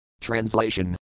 Translation